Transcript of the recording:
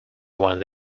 one